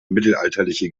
mittelalterliche